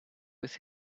with